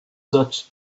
such